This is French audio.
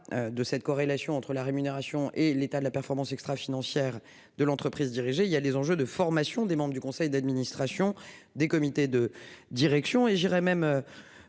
de cette corrélation entre la rémunération et l'état de la performance extra-financière de l'entreprise dirigée. Il y a les enjeux de formation des membres du conseil d'administration des comités de direction et j'irai même.